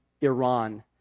Iran